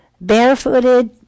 barefooted